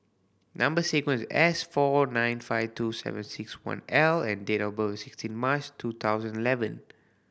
number sequence S four nine five two seven six one L and date of birth is sixteen March two thousand eleven